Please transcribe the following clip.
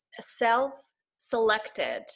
self-selected